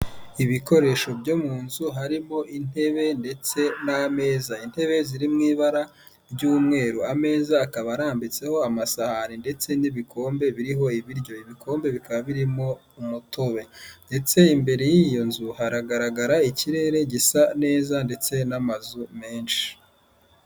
Ibikoresho byo mu nzu harimo intebe ndetse n'ameza, intebe ziri mu ibara ry'umweru ameza akaba arambitseho amasahani ndetse n'ibikombe biriho ibiryo ibikombe bikaba birimo umutobe, ndetse imbere y'iyo nzu hagaragara ikirere gisa neza ndetse n'amazu menshi.